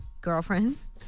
Girlfriends